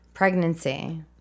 Pregnancy